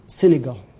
Senegal